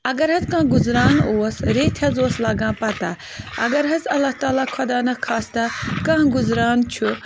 اگر حظ کانٛہہ گُزران اوس ریٚتھۍ حظ اوس لَگان پَتہ اگر حظ اللہ تعالیٰ خۄدا نخواستہ کانٛہہ گُزران چھُ